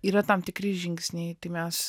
yra tam tikri žingsniai tai mes